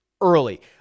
early